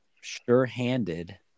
sure-handed